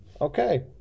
Okay